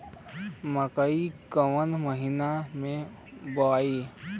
मकई कवना महीना मे बोआइ?